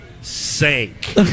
sank